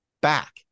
back